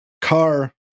car